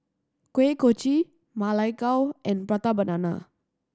Kuih Kochi Ma Lai Gao and Prata Banana